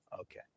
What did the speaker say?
Okay